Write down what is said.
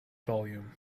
volume